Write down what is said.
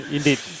Indeed